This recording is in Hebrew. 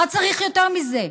מה צריך יותר מזה?